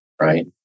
Right